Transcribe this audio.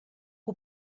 que